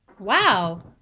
Wow